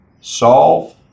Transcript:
solve